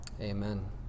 Amen